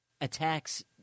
Attacks